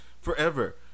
forever